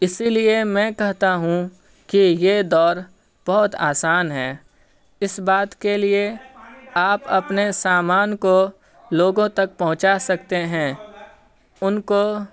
اسی لیے میں کہتا ہوں کہ یہ دور بہت آسان ہے اس بات کے لیے آپ اپنے سامان کو لوگوں تک پہنچا سکتے ہیں ان کو